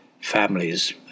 families